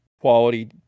quality